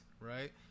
right